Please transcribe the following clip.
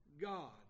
God